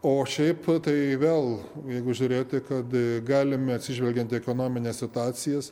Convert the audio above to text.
o šiaip tai vėl jeigu žiūrėti kad galime atsižvelgiant į ekonomines situacijas